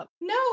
No